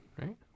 Right